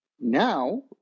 Now